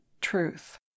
truth